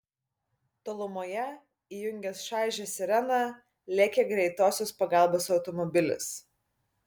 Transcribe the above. tolumoje įjungęs šaižią sireną lėkė greitosios pagalbos automobilis